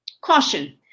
caution